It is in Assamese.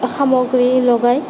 সামগ্ৰী লগায়